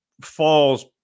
falls